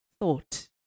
thought